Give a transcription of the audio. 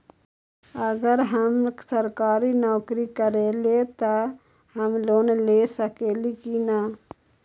अगर हम सरकारी नौकरी करईले त हम लोन ले सकेली की न?